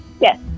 Yes